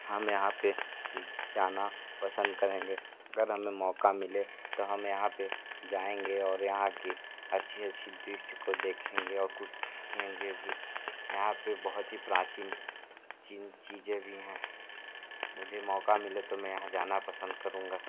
हम यहाँ पर जाना पसंद करेंगे अगर हमें मौका मिले तो हम यहाँ पर जाएंगे और यहाँ की अच्छे अच्छे दृस्य को देखेंगे और कुछ सीखेंगे भी यहाँ पर बहुत ही प्राचीन चीन चीज़ें भी हैं मुझे मौका मिले तो मैं यहाँ जाना पसंद करूँगा